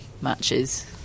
matches